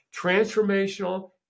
transformational